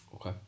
Okay